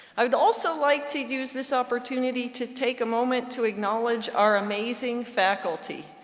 i would also like to use this opportunity to take a moment to acknowledge our amazing faculty.